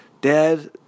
Dad